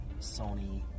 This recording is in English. Sony